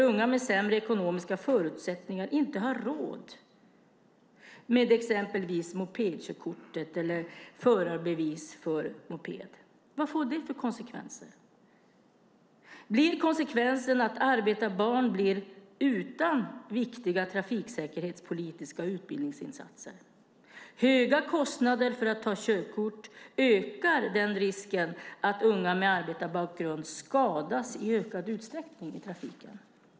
Unga med sämre ekonomiska förutsättningar har inte råd med exempelvis mopedkörkort eller förarbevis för moped. Vad får det för konsekvenser? Blir konsekvensen den att arbetarbarn blir utan viktiga trafiksäkerhetspolitiska utbildningsinsatser? Höga kostnader för att ta körkort ökar risken att unga med arbetarbakgrund i ökad utsträckning skadas i trafiken.